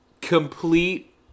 complete